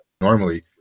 normally